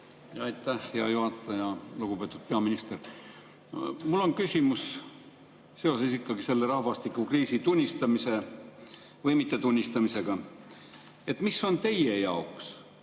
Aitäh, hea juhataja! Lugupeetud peaminister! Mul on küsimus seoses rahvastikukriisi tunnistamise või mittetunnistamisega. Mis on teie jaoks